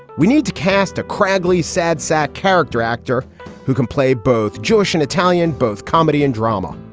we need to cast a crackly, sad sack character actor who can play both jewish and italian, both comedy and drama.